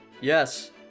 Yes